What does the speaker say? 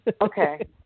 Okay